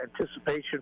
anticipation